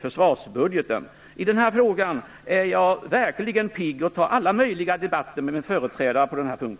försvarsbudgeten. I den här frågan är jag verkligen pigg, och jag tar alla möjliga debatter med min företrädare på den här punkten!